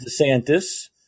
DeSantis